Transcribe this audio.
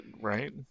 right